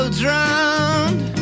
drowned